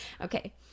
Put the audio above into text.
okay